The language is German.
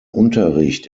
unterricht